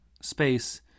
space